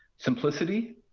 simplicity.